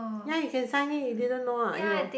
yea you can sign in you didn't know ah !aiyo!